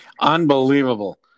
Unbelievable